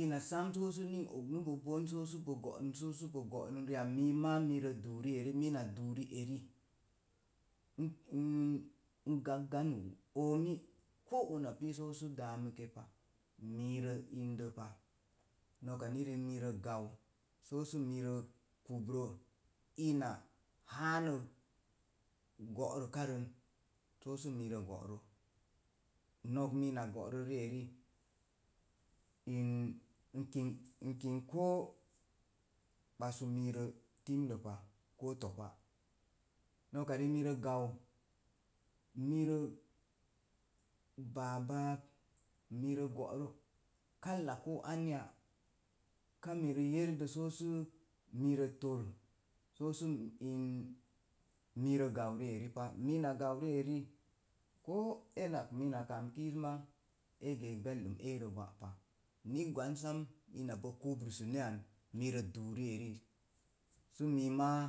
Ina a og səə sibo go səə sibo bo'nun riak. mima mina duu rieri n gakp gan omi koo una sə daami ke pa. mirə ində pa, noka ni riik miirə gau, so sə mirə kubro ina haane go'ruka rən, soo sə mirə go'ro. no̱k mina go'ro rieri in n kin k koo basu mirə timlə pa ko̱o̱ to̱pa noka ri'ik mirə gau. mirə baa báák. mirə bóro koo kala koo anya. Ka mirə yerde̱ soo su mirə to soo su sə in mirə gau rieri pa, mina gau ri'eri koo ena mina kam kiiz e’ geek beldim eerə gwa'pa ni gwan sam ina bo kubru səne’ ak mirə duu ri'eri sə mii máá